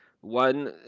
one